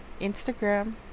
instagram